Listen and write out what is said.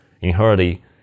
inherently